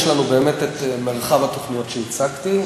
יש לנו באמת את מרחב התוכניות שהצגתי,